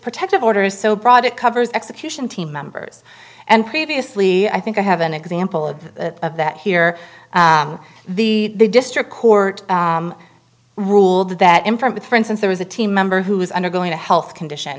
protective order is so broad it covers execution team members and previously i think i have an example of that here the district court ruled that in from for instance there was a team member who was undergoing a health condition